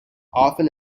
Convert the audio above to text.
often